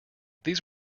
these